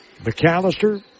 McAllister